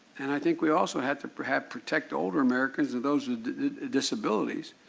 and i think we also have to protect protect older americans and those with disabilities.